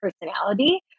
personality